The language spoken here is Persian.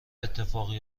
اتفاقی